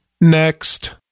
next